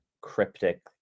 cryptic